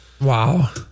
Wow